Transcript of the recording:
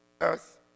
earth